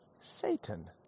Satan